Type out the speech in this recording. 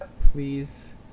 Please